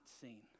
seen